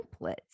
templates